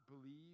believe